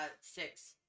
Six